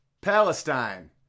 Palestine